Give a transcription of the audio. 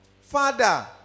Father